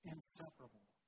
Inseparable